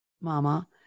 Mama